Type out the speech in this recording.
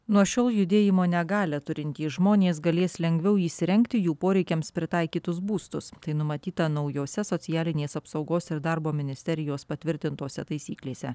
nuo šiol judėjimo negalią turintys žmonės galės lengviau įsirengti jų poreikiams pritaikytus būstus tai numatyta naujose socialinės apsaugos ir darbo ministerijos patvirtintose taisyklėse